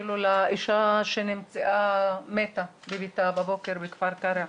בלי לדבר על האישה שנמצאה מתה בביתה בבוקר בכפר קרע.